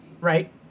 right